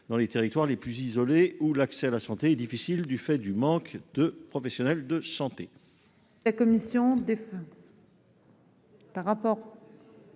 dans les territoires les plus isolés, où l'accès à la santé est difficile du fait du manque de professionnels de santé.